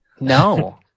No